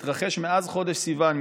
מתרחש מאז חודש סיוון,